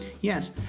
Yes